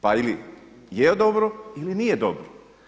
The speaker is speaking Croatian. Pa ili je dobro, ili nije dobro.